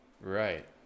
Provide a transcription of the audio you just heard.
Right